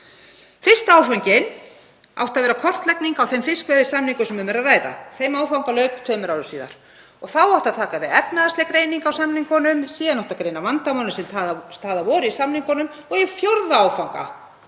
Fyrsti áfanginn átti að vera kortlagning á þeim fiskveiðisamningum sem um er að ræða. Þeim áfanga lauk tveimur árum síðar og þá átti að taka við efnahagsleg greining á samningunum. Síðan átti að greina vandamálin sem til staðar voru í samningunum og í fjórða áfanga